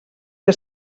que